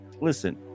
listen